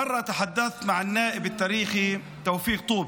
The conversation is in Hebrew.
פעם דיברתי עם הסגן ההיסטורי תאופיק טובי,